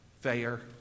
fair